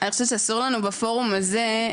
אני חושבת שאסור לנו בפורום הזה,